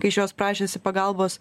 kai šios prašėsi pagalbos